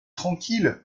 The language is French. tranquille